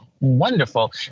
wonderful